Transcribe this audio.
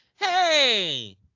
Hey